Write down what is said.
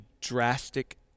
drastic